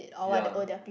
ya